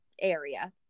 area